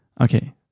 Okay